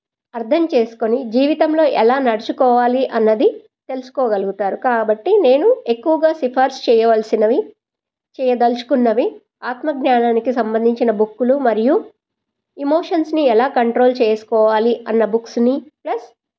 అర్థం చేసుకొని జీవితంలో ఎలా నడుచుకోవాలి అన్నది తెలుసుకోగలుగుతారు కాబట్టి నేను ఎక్కువగా సిఫార్సు చేయవలసినవి చేయదలుచుకున్నవి ఆత్మజ్ఞానానికి సంబంధించిన బుక్కులు మరియు ఎమోషన్స్ని ఎలా కంట్రోల్ చేసుకోవాలి అన్న బుక్స్ని ప్లస్